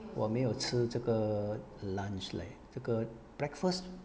我没有吃这个 lunch leh 这个 breakfast